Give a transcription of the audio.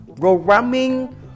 Programming